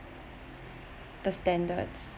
the standards